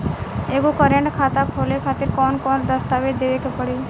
एगो करेंट खाता खोले खातिर कौन कौन दस्तावेज़ देवे के पड़ी?